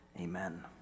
Amen